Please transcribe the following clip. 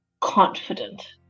confident